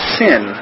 sin